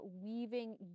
weaving